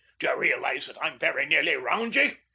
d'ye realise that i'm very nearly round ye?